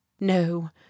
no